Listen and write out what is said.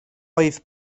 oedd